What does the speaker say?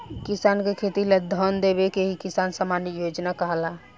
किसान के खेती ला धन देवे के ही किसान सम्मान योजना कहाला